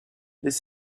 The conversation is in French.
des